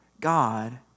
God